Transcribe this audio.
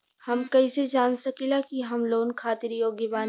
हम कईसे जान सकिला कि हम लोन खातिर योग्य बानी?